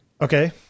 Okay